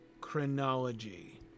chronology